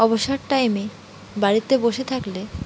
অবসর টাইমে বাড়িতে বসে থাকলে